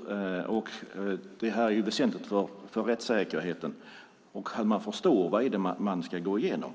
förundersökningen och framåt. Det är väsentligt för rättssäkerheten att man förstår vad det är man ska gå igenom.